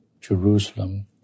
Jerusalem